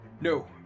no